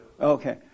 Okay